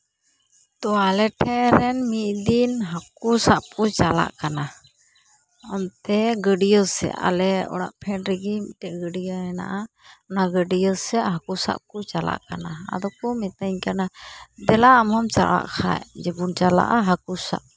ᱛᱚ ᱟᱞᱮ ᱴᱷᱮᱡ ᱨᱮᱱ ᱢᱤᱫ ᱫᱤᱱ ᱦᱟᱹᱠᱩ ᱥᱟᱵ ᱠᱚ ᱪᱟᱞᱟᱜ ᱠᱟᱱᱟ ᱚᱱᱛᱮ ᱜᱟᱹᱰᱭᱟᱹ ᱥᱮᱫ ᱟᱞᱮᱭᱟᱜ ᱚᱲᱟᱜ ᱯᱷᱮᱰ ᱨᱮᱜᱤ ᱢᱤᱫᱴᱮᱡ ᱜᱟᱹᱰᱭᱟᱹ ᱦᱮᱱᱟᱜᱼᱟ ᱚᱱᱟ ᱜᱟᱹᱰᱭᱟᱹ ᱥᱮᱫ ᱦᱟᱠᱩ ᱥᱟᱵ ᱠᱚ ᱪᱟᱞᱟᱜ ᱠᱟᱱᱟ ᱟᱫᱚ ᱠᱚ ᱢᱤᱛᱟᱹᱧ ᱠᱟᱱᱟ ᱫᱮᱞᱟ ᱟᱢ ᱦᱚᱢ ᱪᱟᱞᱟᱜ ᱠᱷᱟᱡ ᱡᱮᱵᱚᱱ ᱪᱟᱞᱟᱜᱼᱟ ᱦᱟᱹᱠᱩ ᱥᱟᱵ